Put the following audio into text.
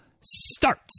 starts